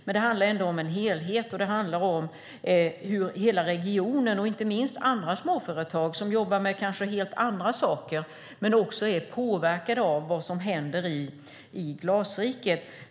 Men det handlar ändå om en helhet, och det handlar om hur hela regionen och inte minst andra småföretag som kanske jobbar med helt andra saker påverkas av vad som händer i Glasriket.